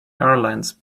airlines